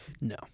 No